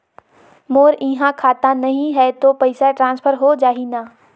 मोर इहां खाता नहीं है तो पइसा ट्रांसफर हो जाही न?